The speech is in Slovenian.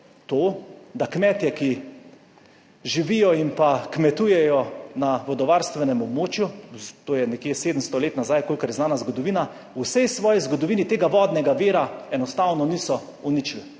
to, da kmetje, ki živijo in pa kmetujejo na vodovarstvenem območju, to je nekje 700 let nazaj kolikor je znana zgodovina, v vsej svoji zgodovini tega vodnega vira enostavno niso uničili.